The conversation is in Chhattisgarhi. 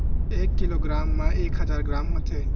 एक किलोग्राम मा एक हजार ग्राम होथे